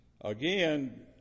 again